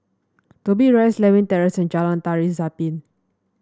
Dobbie Rise Lewin Terrace and Jalan Tari Zapin